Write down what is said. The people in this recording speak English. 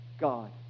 God